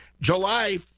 July